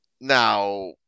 now